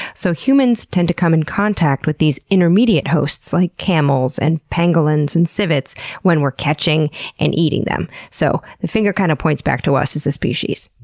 so humans tend to come in contact with these intermediate hosts, like camels, and pangolins, and civets when we're catching and eating them. so, the finger kinda kind of points back to us as a species.